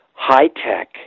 high-tech